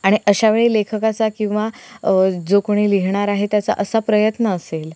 आणि अशा वेळी लेखकाचा किंवा जो कोणी लिहिणारा आहे त्याचा असा प्रयत्न असेल